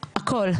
הכול.